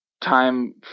time